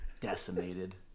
decimated